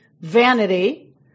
vanity